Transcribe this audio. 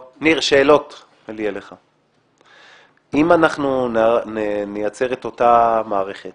ניר, אם אנחנו נייצר את אותה מערכת